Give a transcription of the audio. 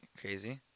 Crazy